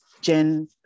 gen